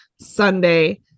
Sunday